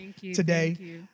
today